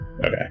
Okay